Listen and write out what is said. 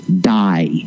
die